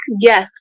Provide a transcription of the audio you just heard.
yes